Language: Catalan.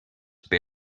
per